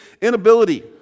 inability